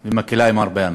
והיא מקלה על הרבה אנשים.